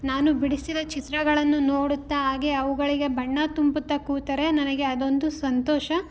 ನಾನು ಬಿಡಿಸಿದ ಚಿತ್ರಗಳನ್ನು ನೋಡುತ್ತಾ ಹಾಗೆ ಅವುಗಳಿಗೆ ಬಣ್ಣ ತುಂಬುತ್ತಾ ಕೂತರೆ ನನಗೆ ಅದೊಂದು ಸಂತೋಷ